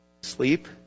sleep